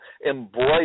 embrace